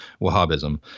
Wahhabism